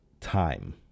time